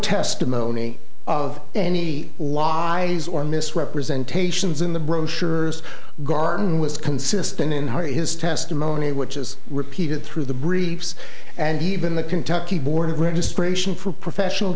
testimony of any lies or misrepresentations in the brochures garton was consistent in his testimony which is repeated through the briefs and even the kentucky board of registration for professional